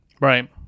right